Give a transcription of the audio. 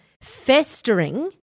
festering